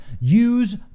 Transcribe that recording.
Use